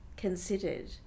considered